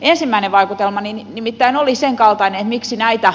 ensimmäinen vaikutelma nimittäin oli sen kaltainen että miksi niitä